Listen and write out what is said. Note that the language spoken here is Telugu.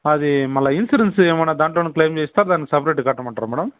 అది మళ్ళీ ఇన్సూరెన్స్ ఏమైనా దాంట్లోనే క్లెయిమ్ చేస్తారా దానికి సెపరేట్గా కట్టమంటారా మేడం